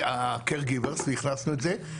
Caregivers, הכנסנו את זה.